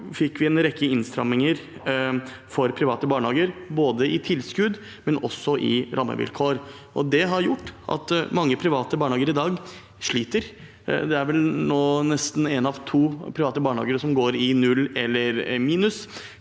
imidlertid en rekke innstramminger for private barnehager, både i tilskudd og i rammevilkår, og det har gjort at mange private barnehager i dag sliter. Det er vel nå nesten én av to private barnehager som går i null eller minus.